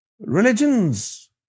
Religions